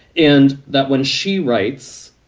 and that when she writes,